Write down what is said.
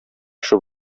кеше